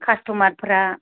कास्थ'मारफ्रा